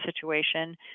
situation